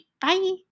Bye